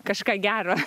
kažką gero